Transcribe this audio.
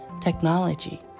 technology